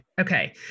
Okay